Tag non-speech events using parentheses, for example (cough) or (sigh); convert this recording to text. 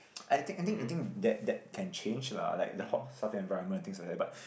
(noise) I think I think I think that that can change lah like the hot stuff en~ environment and things like that but